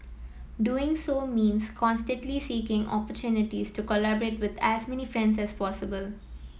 doing so means constantly seeking opportunities to collaborate with as many friends as possible